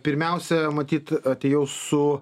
pirmiausia matyt atėjau su